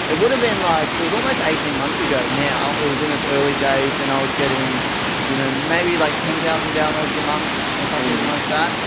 it would have been like it was almost eighteen months ago now. it was in its early days and i was getting you know maybe like ten thousand downloads a month or something like that.